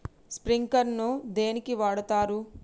Sprinkler ను దేనికి వాడుతరు?